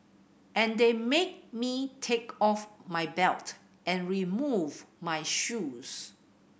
and they made me take off my belt and remove my shoes